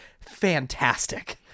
fantastic